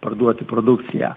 parduoti produkciją